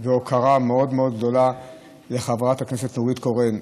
והוקרה מאוד מאוד גדולה לחברת הכנסת נורית קורן.